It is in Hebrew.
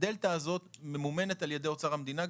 הדלתא הזאת ממומנת על ידי אוצר המדינה.